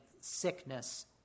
sickness